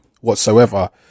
Whatsoever